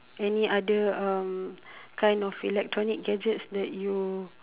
any other um kind of electronic gadgets that you